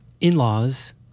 in-laws